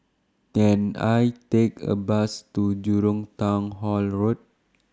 Can I Take A Bus to Jurong Town Hall Road